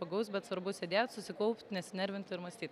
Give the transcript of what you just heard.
pagaus bet svarbu sėdėt susikaupt nesinervint ir mąstyt